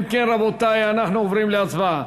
אם כן, רבותי, אנחנו עוברים להצבעה.